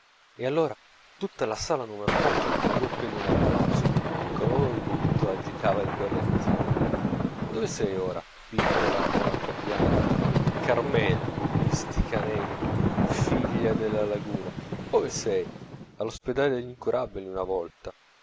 e allora tutta la sala numero quattro proruppe in un applauso il colono di melito agitava il berrettino dove sei ora piccola monaca bianca carmela mistica anemica figlia della laguna ove sei allo spedale degl'incurabili una volta